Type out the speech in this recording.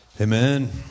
Amen